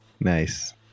nice